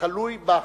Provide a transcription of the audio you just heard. תלוי בהכנסה.